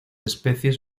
especies